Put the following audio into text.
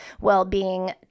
Wellbeing